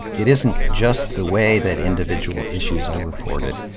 it isn't just the way that individual issues are reported,